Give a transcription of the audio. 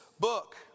book